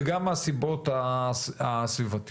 וגם מהסיבות הסביבתיות.